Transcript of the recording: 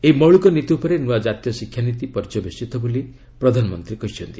ଏହି ମୌଳିକ ନୀତି ଉପରେ ନୂଆ ଜାତୀୟ ଶିକ୍ଷାନୀତି ପର୍ଯ୍ୟବେସିତ ବୋଲି ପ୍ରଧାନମନ୍ତ୍ରୀ କହିଛନ୍ତି